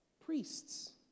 priests